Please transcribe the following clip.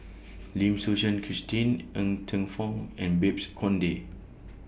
Lim Suchen Christine Ng Teng Fong and Babes Conde